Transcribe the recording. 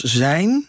zijn